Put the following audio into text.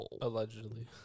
Allegedly